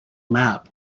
map